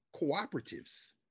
cooperatives